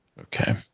Okay